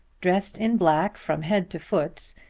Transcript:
dressed in black from head to foot,